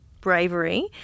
bravery